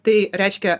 tai reiškia